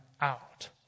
out